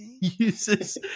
uses